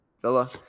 Villa